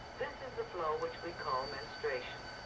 this is the flow which we call menstruation.